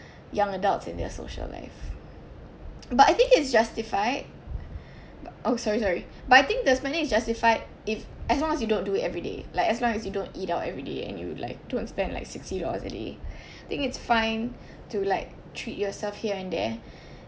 young adults and their social life but I think it's justified oh sorry sorry but I think the spending is justified if as long as you don't do it everyday like as long as you don't eat out every day and you would like don't spend like sixty dollars a day think it's fine to like treat yourself here and there